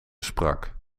sprak